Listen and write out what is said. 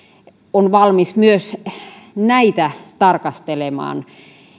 on valmis myös näitä tarkastelemaan